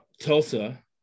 Tulsa